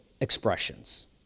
expressions